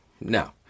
No